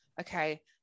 okay